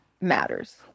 matters